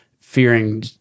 fearing